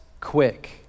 quick